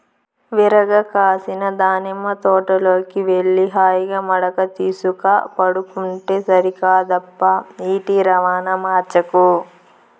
విరగ కాసిన దానిమ్మ తోటలోకి వెళ్లి హాయిగా మడక తీసుక పండుకుంటే సరికాదప్పా ఈటి రవాణా మార్చకు